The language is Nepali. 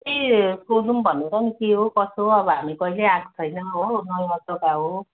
ए सोधौँ भनेर नि के हो कसो हो अब हामी कहिल्यै आएको छैनौँ हो नयाँ कता हो